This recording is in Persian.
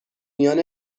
میان